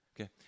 Okay